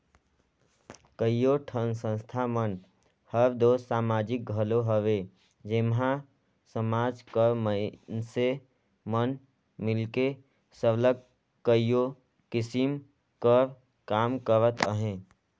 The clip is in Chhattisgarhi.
कइयो ठन संस्था मन हर दो समाजिक घलो हवे जेम्हां समाज कर मइनसे मन मिलके सरलग कइयो किसिम कर काम करत अहें